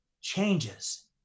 changes